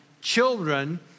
children